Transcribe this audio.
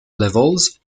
levels